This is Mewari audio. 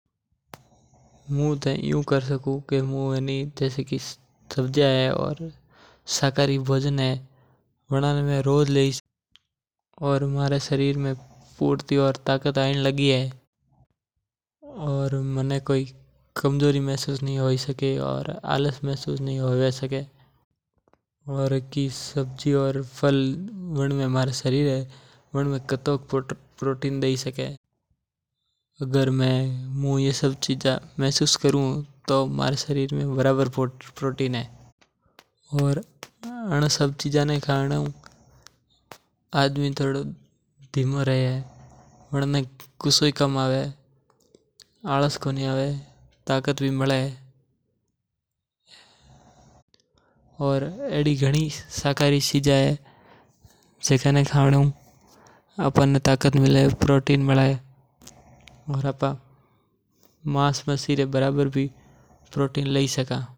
मू तो इयू कर सकु के जो हरी समझिया है सहकारी भोजन है वाने रोज खांवा में ले सकु। वाणे ने खांवा में मने कोई कमजोरी और आलस महसूस कोणी होवे और ए सब चीज़ा मैं महसूस करु तो मारे शरीर में वरावर प्रोटीन है। आणाने खनावा हूं माणक ने गुस्सो कम आवे।